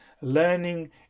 learning